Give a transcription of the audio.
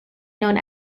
known